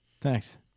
Thanks